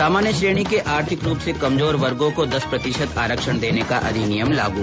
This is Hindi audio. सामान्य श्रेणी के आर्थिक रूप से कमजोर वर्गों को दस प्रतिशत आरक्षण देने का अधिनियम लागू